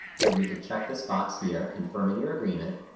you'll need to check this box here, confirming your agreement,